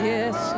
Yes